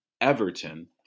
Everton